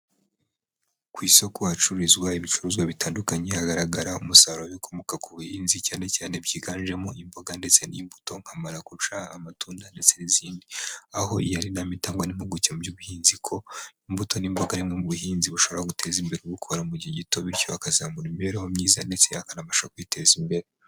Ku isoko hacururizwa ibicuruzwa bitandukanye, hagaragara umusaruro w'ibikomoka ku buhinzi, cyane cyane byiganjemo imboga ndetse n'imbuto nka maracuja, amatunda ndetse n'izindi. Aho iyo ari inama itangwa n'impuguke mu by'ubuhinzi ko imbuto n'imboga ari bumwe mu buhinzi bushobora guteza imbere ubukora mu gihe gito, bityo akazamura imibereho myiza ndetse akanabasha kwiteza imbere.